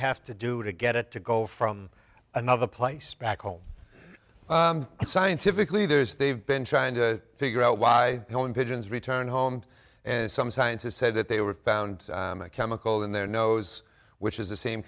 have to do to get it to go from another place back home scientifically there's they've been trying to figure out why no one pigeons returned home and some scientists said that they were found a chemical in their nose which is the same